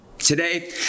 Today